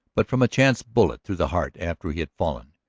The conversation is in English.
but from a chance bullet through the heart after he had fallen.